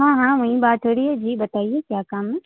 ہاں ہاں وہیں بات ہو رہی ہے جی بتائیے کیا کام ہے